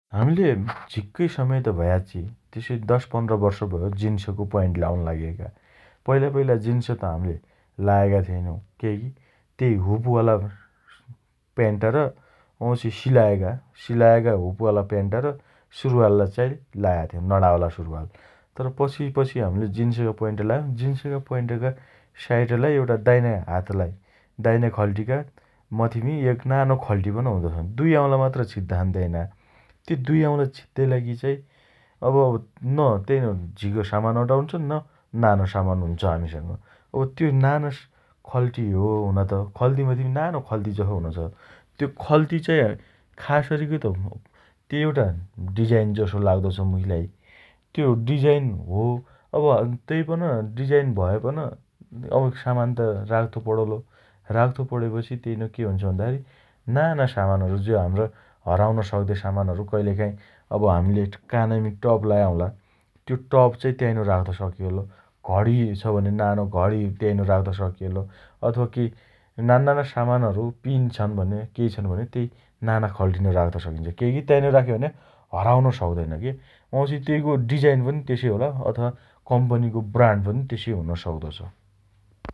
हमीले झिक्कै समय त भया आच्छि । तेसै दश पन्ध्र वर्ष भयो । जिन्सको प्वाइन्ट लाउन लागेका । पैला पैला जिन्स त हम्ले लायका थिएनौं । केइकी तेइ हुप वाला प्यान्टा र वाउँछि सिलाएका सिलाएका हुप वाला प्यान्टा र सुरुवाल चाइ लाया थेउ । नणावाला सुरुवाल । तर पछि पछि हम्ले जिन्सका प्वाइन्ट लायौं । जिन्सका प्वाइन्टका साइटलाई एउटा दाइने हातलाई दाइने खल्टीका मथिमी एक नानो खल्टी पन हुँदोछ । दुइ औला मात्रै छिद्दा छन् ताइना । ती दुइ औला छिद्दाइ लागि चाइ अब न तेइनो झिग सामान अटाउन्छ न नानो सामान हुन्छ हामीसँग । अब त्यो नानो खल्टी हो हुना त । खल्तीमथिमी नानो खल्ती जसो हुनोछ । त्यो खल्ती चाइ खासअरि त त्यो एउटा डिजाइन जसो लाग्दोछ मुखीलाई । त्यो डिजाइन हो । अब तेइपन डिजाइन भएनपन अ सामान त राख्तो पणोलो । राख्तो पणेपछि तेइनो के हुन्छ भन्दा खेरी नाना सामानहरु जो हम्रा हराउन सक्दे सामानहरु कैलेकाइ अब हम्ले कानमी टप लाया हौँला त्यो टप चाइ ताइनो राख्त सकिएलो, घडी छ भने नानो घडी ताइनो राख्त सकिएलो । अथवा केइ नान्नाना सामानहरु पीन छन् भने केइ छन् भने तेइ नाना खल्तीना राख्त सकिन्छ । केइकी ताइनो राख्यो भने हराउन सक्दैन के । वाउँछि तेइको डिजाइन पनि तेसइ होला । अथवा कम्पनीको ब्राण्ड पनि तेसई हुनो सक्तोछ ।